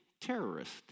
terrorist